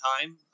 time